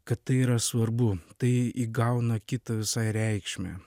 kad tai yra svarbu tai įgauna kitą visai reikšmę